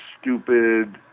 stupid